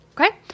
Okay